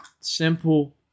simple